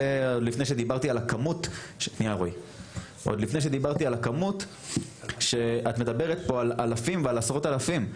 זה עוד לפני שדיברתי על הכמות: את מדברת פה על אלפים ועל עשרות אלפים.